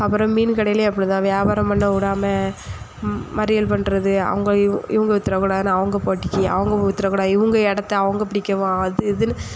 அப்புறம் மீன் கடையிலையும் அப்படிதான் வியாபாரம் பண்ண விடாம மறியல் பண்ணுறது அங்கே இவு இவங்க விற்றுறக்கூடாதுன்னு அவங்க போட்டிக்கு அவங்க விற்றுறக்கூடாது இவங்க இடத்த அவங்க பிடிக்கவும் அது இதுன்னு